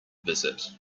visit